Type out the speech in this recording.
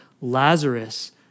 Lazarus